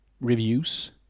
reviews